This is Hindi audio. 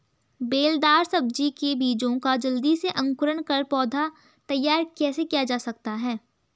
बेलदार सब्जी के बीजों का जल्दी से अंकुरण कर पौधा तैयार कैसे किया जा सकता है?